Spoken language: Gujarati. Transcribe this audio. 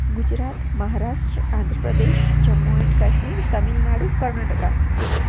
ગુજરાત મહારાષ્ટ્ર આંધપ્રદેશ જમ્મુ એન્ડ કાશ્મીર તમિલનાડુ કર્ણાટક